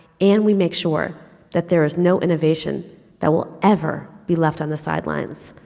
and we make sure that there is no innovation that will ever be left on the sidelines.